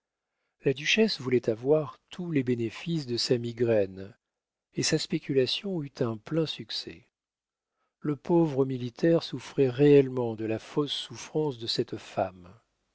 la duchesse voulait avoir tous les bénéfices de sa migraine et sa spéculation eut un plein succès le pauvre militaire souffrait réellement de la fausse souffrance de cette femme